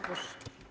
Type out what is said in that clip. Proszę.